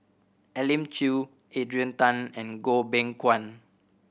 Elim Chew Adrian Tan and Goh Beng Kwan